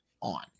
on